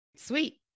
Sweet